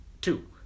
two